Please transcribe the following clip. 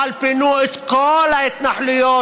אבל פינו את כל ההתנחלויות.